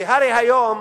כי הרי היום